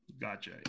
Gotcha